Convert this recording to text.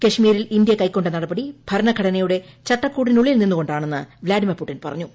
കാശ്മീരിൽ ഇന്ത്യ കൈക്കൊണ്ട നടപടി ഭരണഘടനയുടെ ചട്ടക്കൂടിനുള്ളിൽ നിന്നുകൊണ്ടാണെന്ന് വ്ളാഡിമിർ പുടിൻ പറഞ്ഞു